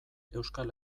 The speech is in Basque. euskal